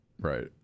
right